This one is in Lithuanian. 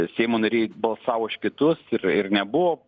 seimo nariai balsavo už kitus ir ir nebuvo